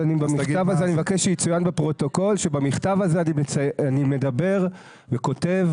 אני מבקש שיצוין בפרוטוקול שבמכתב הזה אני מדבר וכותב